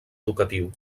educatiu